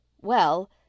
well